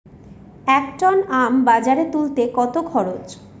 এক টন আম বাজারে তুলতে কত খরচ?